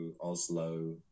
Oslo